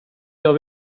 gör